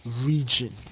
region